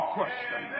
question